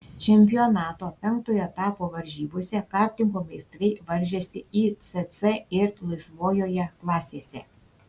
čempionato penktojo etapo varžybose kartingo meistrai varžėsi icc ir laisvojoje klasėse